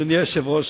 אדוני היושב-ראש,